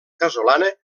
casolana